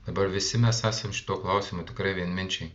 dabar visi mes esam šituo klausimu tikrai vienminčiai